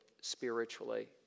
spiritually